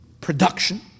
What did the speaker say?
production